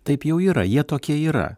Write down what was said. taip jau yra jie tokie yra